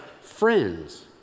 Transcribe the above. friends